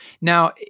Now